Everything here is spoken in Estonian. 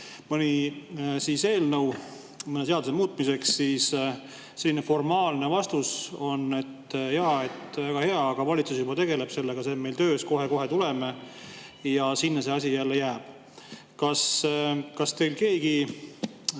mõni eelnõu mõne seaduse muutmiseks, siis selline formaalne vastus on, et jaa, et väga hea, aga valitsus juba tegeleb sellega, see on meil töös, kohe-kohe tulemas. Aga sinna see asi jälle jääb. Kas teil keegi